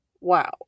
Wow